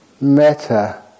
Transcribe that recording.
Metta